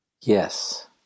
Yes